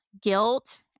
guilt